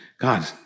God